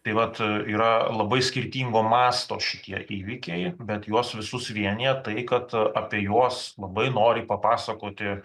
tai vat yra labai skirtingo masto šitie įvykiai bet juos visus vienija tai kad apie juos labai nori papasakoti